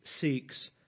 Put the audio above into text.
seeks